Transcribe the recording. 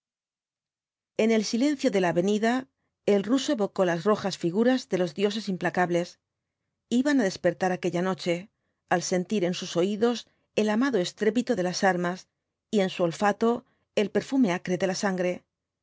en el silencio de la avenida el ruso evocó las rojas figuras de los dioses implacables iban á despertar aquella noche al sentir en sus oídos el amado estrepitó de las armas y en su olfato el perfume acre de la sangre